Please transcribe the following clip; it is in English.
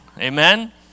amen